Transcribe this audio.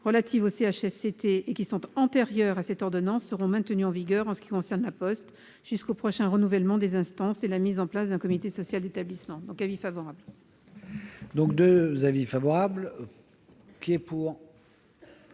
relatives aux CHSCT et qui sont antérieures à cette ordonnance seront maintenues en vigueur pour ce qui concerne La Poste jusqu'au prochain renouvellement des instances et jusqu'à la mise en place d'un comité social d'établissement. L'avis est donc favorable.